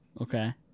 Okay